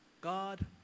God